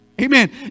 Amen